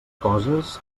coses